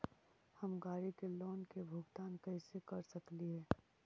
हम गाड़ी के लोन के भुगतान कैसे कर सकली हे?